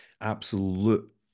absolute